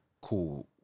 cool